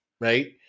right